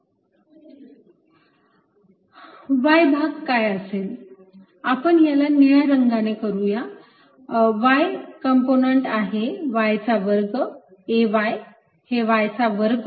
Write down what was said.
x partL2dydz L2dydzx xL2L2×2L3 Y भाग काय असेल आपण याला निळ्या रंगाने करूया y कंपोनंट आहे y चा वर्ग A y आहे y चा वर्ग